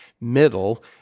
middle